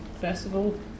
festival